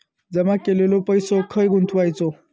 जमा केलेलो पैसो खय गुंतवायचो?